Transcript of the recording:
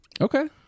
Okay